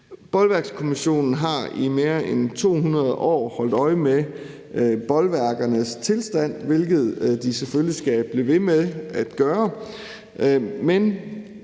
Bolværkskommissionen har i mere end 200 år holdt øje med bolværkernes tilstand, hvilket den selvfølgelig skal blive ved med at gøre,